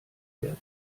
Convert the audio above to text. werden